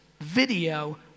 video